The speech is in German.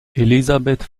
elisabeth